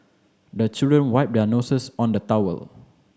the children wipe their noses on the towel